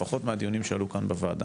לפחות מהדיונים שעלו כאן בוועדה.